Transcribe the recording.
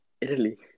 Italy